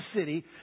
city